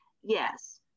Yes